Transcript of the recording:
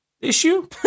issue